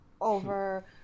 over